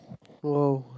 oh